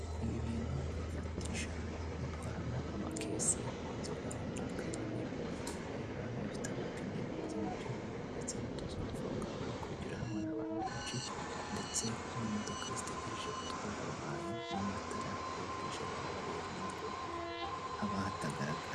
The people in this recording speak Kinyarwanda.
Ibi bintu babifatisha bitwaramo amakesi y'inzoga runaka nyine, urabona ifite amapine bikoze mu byuma ndetse n'utuzo hafi ahongaho hakurya habona abantu benshi, ndetse n'imodoka zitegereje gutwara aba bantu n'amatara iyo bwije aba bare ntabwo haba hatagaragara.